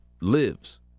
lives